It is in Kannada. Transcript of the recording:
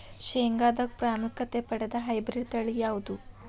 ಶೇಂಗಾದಾಗ ಪ್ರಾಮುಖ್ಯತೆ ಪಡೆದ ಹೈಬ್ರಿಡ್ ತಳಿ ಯಾವುದು?